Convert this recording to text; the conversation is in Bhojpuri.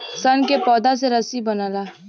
सन के पौधा से रसरी बनला